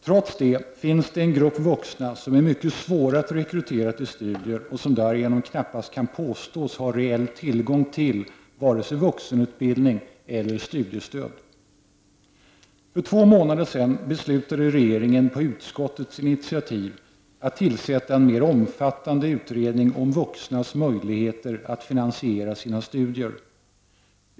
Trots detta finns det en grupp vuxna som är mycket svåra att rekrytera till studier och som därigenom knappast kan påstås ha reell tillgång till vare sig vuxenutbildning eller studiestöd. För två månader sedan beslutade regeringen på utskottets initiativ att tillsätta en mer omfattande utredning om vuxnas möjligheter att finansiera sina studier.